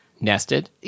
Nested